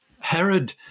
Herod